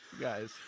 Guys